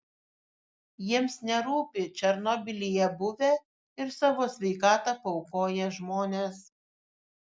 jiems nerūpi černobylyje buvę ir savo sveikatą paaukoję žmonės